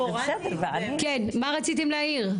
כן, מה רציתם להעיר?